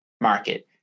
market